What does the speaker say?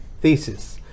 thesis